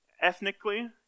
ethnically